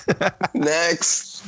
Next